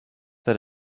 that